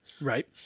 Right